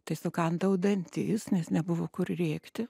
tai sukandau dantis nes nebuvo kur rėkti